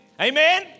Amen